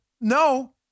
No